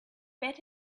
bet